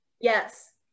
Yes